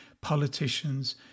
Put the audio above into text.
politicians